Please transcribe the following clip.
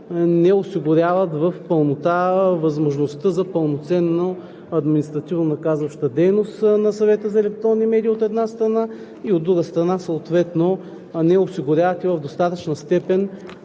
не осигуряват в пълнота възможността за пълноценна административнонаказваща дейност на Съвета за електронни медии, от една страна, и, от друга страна, съответно не осигуряват в достатъчна степен